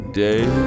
day